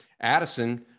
Addison